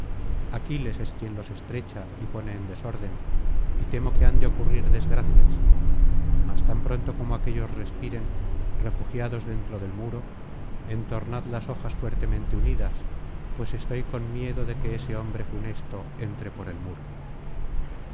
espantados aquiles es quien los estrecha y pone en desorden y temo que han de ocurrir desgracias mas tan pronto como aquéllos respiren refugiados dentro del muro entornad las hojas fuertemente unidas pues estoy con miedo de que ese hombre funesto entre por el muro